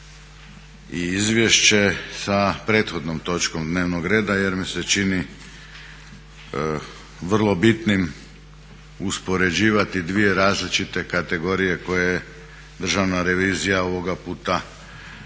i izvješće sa prethodnom točkom dnevnog reda jer mi se čini vrlo bitnim uspoređivati dvije različite kategorije koje je Državna revizija ovoga puta